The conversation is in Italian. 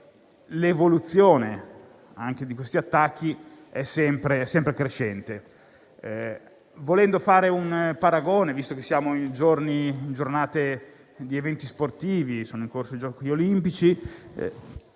l'evoluzione di questi attacchi è sempre crescente. Volendo fare un paragone, visto che siamo in giornate di eventi sportivi poiché sono in corso i giochi olimpici,